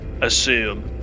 assume